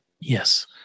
Yes